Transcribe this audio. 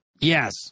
Yes